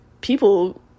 people